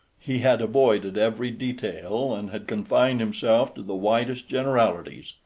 he had avoided every detail, and had confined himself to the widest generalities,